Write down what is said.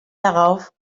darauf